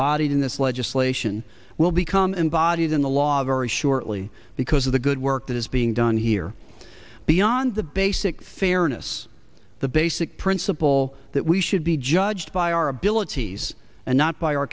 body in this legislation will become embodied in the law very shortly because of the good work that is being done here beyond the basic fairness the basic principle that we should be judged by our abilities and not by o